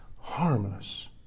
harmless